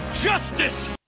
Justice